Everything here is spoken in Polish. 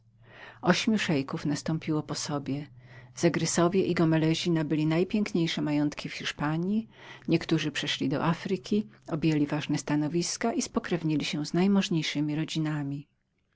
ośmiu szeików nastąpiło po sobie zegrysowie i gomelezy nabyli najpiękniejsze majątki w hiszpanji niektórzy przeszli do afryki objęli ważne posady i spokrewnili się z najprzemożniejszemi rodzinami